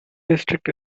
district